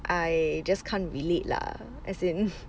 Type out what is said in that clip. I just can't relate lah as in